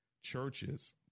churches